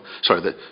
sorry